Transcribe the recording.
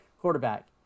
quarterback